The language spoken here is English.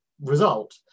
result